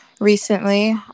recently